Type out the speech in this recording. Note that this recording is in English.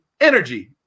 energy